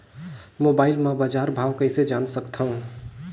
Mobile म बजार भाव कइसे जान सकथव?